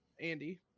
Andy